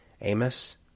Amos